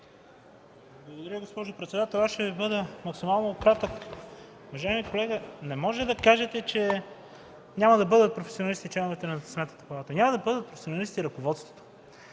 Благодаря, госпожо председател. Аз ще бъда максимално кратък. Уважаеми колега, не можете да кажете, че няма да бъдат професионалисти членовете на Сметната палата. Няма да бъдат професионалисти в ръководството,